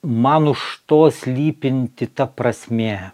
man už to slypinti ta prasmė